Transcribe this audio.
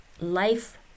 Life